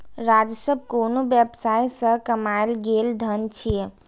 राजस्व कोनो व्यवसाय सं कमायल गेल धन छियै